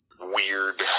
weird